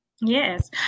Yes